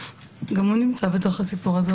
גם הוא נמצא בתוך הסיפור הזה,